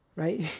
right